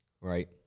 right